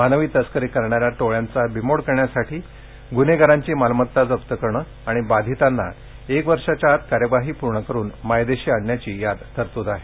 मानवी तस्करी करणाऱ्या टोळयांचा बिमोड करण्यासाठी ग़न्हेगारांची मालमत्ता जप्त करणं आणि बाधितांना एक वर्षाच्या आत कार्यवाही पूर्ण करून मायदेशी आणण्याची यात तरतूद आहे